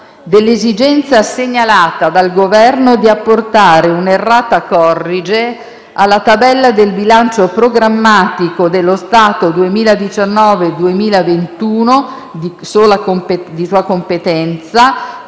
dell'esigenza segnalata dal Governo di apportare un *errata corrige* alla tabella del Bilancio programmatico dello Stato 2019-2021 di sola competenza,